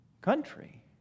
country